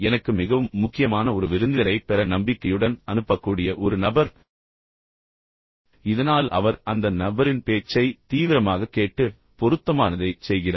எனக்கு மிகவும் முக்கியமான ஒரு விருந்தினரைப் பெற நான் நம்பிக்கையுடன் அனுப்பக்கூடிய ஒரு தீவிரமாக கவனிப்பவர் இந்த நபர் இதனால் அவர் அந்த நபரின் பேச்சை தீவிரமாக கேட்டு பொருத்தமானதைச் செய்கிறார்